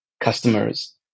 customers